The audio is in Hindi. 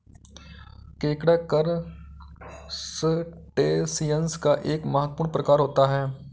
केकड़ा करसटेशिंयस का एक महत्वपूर्ण प्रकार होता है